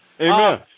Amen